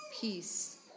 peace